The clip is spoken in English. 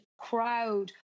crowd